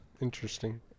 Interesting